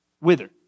wither